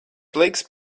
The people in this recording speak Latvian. pliks